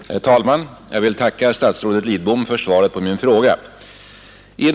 Herr talman! Jag vill tacka statsrådet Lidbom för svaret på min fråga.